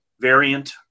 variant